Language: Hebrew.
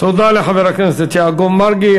תודה לחבר הכנסת יעקב מרגי.